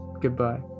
Goodbye